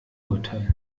urteil